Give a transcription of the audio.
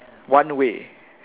one way